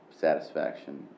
satisfaction